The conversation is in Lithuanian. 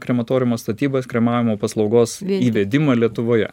krematoriumo statybas kremavimo paslaugos įvedimą lietuvoje